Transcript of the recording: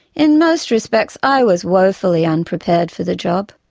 in most respects i was woefully unprepared for the job.